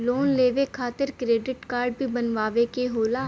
Loan लेवे खातिर credit card भी बनवावे के होला?